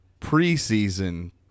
preseason